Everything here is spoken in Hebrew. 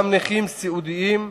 גם נכים סיעודיים,